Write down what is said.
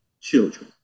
children